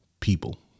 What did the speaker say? people